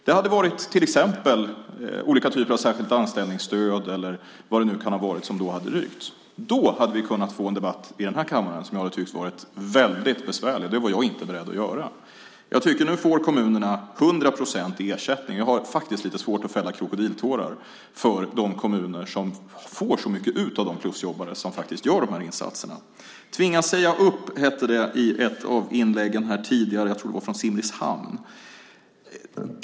Det hade varit till exempel olika typer av särskilt anställningsstöd eller vad det nu kunde ha varit som då hade rykt. Då hade vi kunnat få en debatt i den här kammaren som jag hade tyckt var väldigt besvärlig. Det var jag inte beredd att göra. Nu får kommunerna 100 procent i ersättning. Jag har faktiskt lite svårt att fälla krokodiltårar för de kommuner som får ut så mycket av de plusjobbare som faktiskt gör de här insatserna. "Tvingas säga upp" hette det i ett av inläggen här tidigare. Jag tror att det var från Simrishamn.